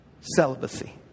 celibacy